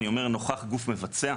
אני אומר: ״נוכח גוף מבצע״,